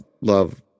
love